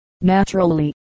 Naturally